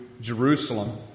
Jerusalem